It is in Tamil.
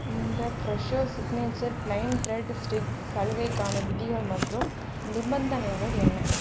இந்த Fresho signature plain bread sticks சலுகைக்கான விதிகள் மற்றும் நிபந்தனைகள் என்ன